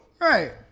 right